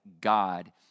God